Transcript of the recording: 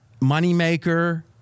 moneymaker